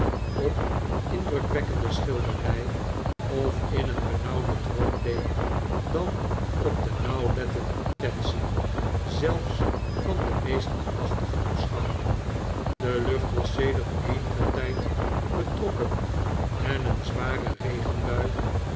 op een indrukwekkende schilderij of in een benauwden droom leek dan op de nauwlettende attentie zelfs van den meest aandachtigen toeschouwer de lucht was sedert eenigen tijd betrokken en een zware regenbui